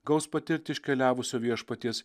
gaus patirti iškeliavusio viešpaties